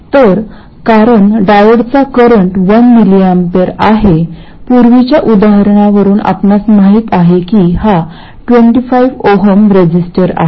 तर कारण डायोडचा करंट 1mA आहे पूर्वीच्या उदाहरणावरून आपणास माहित आहे की हा 25 Ω रेझिस्टर आहे